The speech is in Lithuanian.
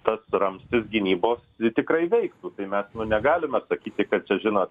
tas ramstis gynybos tikrai veiktų tai mes negalime atsakyti kad čia žinot